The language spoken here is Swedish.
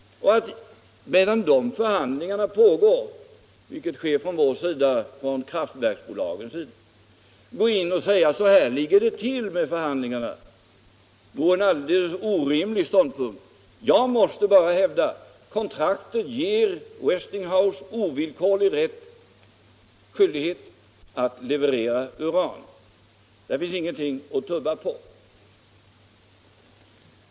Medan de förhandlingarna pågår — vilket på vårt håll sker från kraftverksbolagens sida — vore det en alldeles orimlig ståndpunkt att lämna en redogörelse för hur det ligger till med förhandlingarna. Jag måste hävda att kontraktet ger Westinghouse ovillkorlig rätt och skyldighet att leverera uran. Där finns ingenting att tumma på.